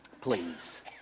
Please